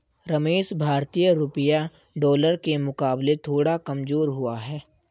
रमेश भारतीय रुपया डॉलर के मुकाबले थोड़ा कमजोर हुआ है